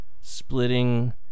Splitting